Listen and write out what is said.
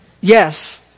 yes